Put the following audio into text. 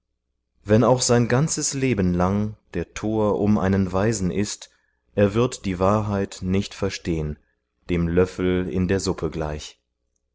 wenn auch sein ganzes leben lang der tor um einen weisen ist er wird die wahrheit nicht verstehn dem löffel in der suppe gleich